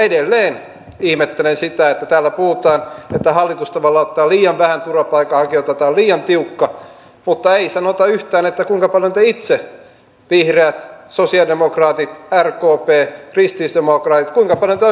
edelleen ihmettelen sitä että täällä puhutaan että hallitus tavallaan ottaa liian vähän turvapaikanhakijoita että tämä on liian tiukka mutta ei sanota yhtään kuinka paljon te itse vihreät sosialidemokraatit rkp kristillisdemokraatit oikein haluatte turvapaikanhakijoita ottaa